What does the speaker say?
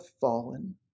fallen